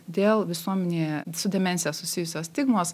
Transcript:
dėl visuomenėje su demencija susijusios stigmos